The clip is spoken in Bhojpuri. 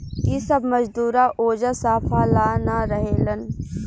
इ सब मजदूरा ओजा साफा ला ना रहेलन सन